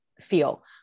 feel